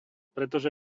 pretože